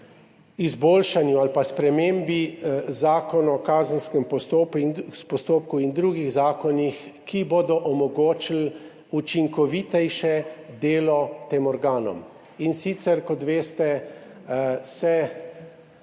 izboljšanju ali pa spremembi Zakona o kazenskem postopku in drugih zakonih, ki bodo omogočili učinkovitejše delo tem organom. In sicer se, kot veste,